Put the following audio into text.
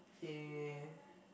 !yay!